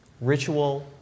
ritual